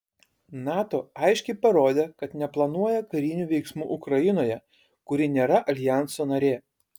nato aiškiai parodė kad neplanuoja karinių veiksmų ukrainoje kuri nėra aljanso narė